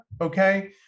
Okay